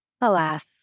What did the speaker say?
Alas